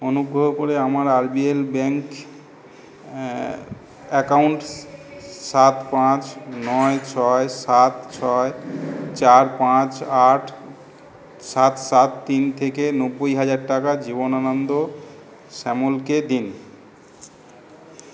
অনুগ্রহ করে আমার R B L bank accounts সাত পাঁচ নয় ছয় সাত ছয় চার পাঁচ আট সাত সাত তিন থেকে নব্বই হাজার টাকা জীবনানন্দ শ্যামলকে দিন